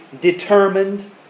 determined